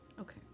Okay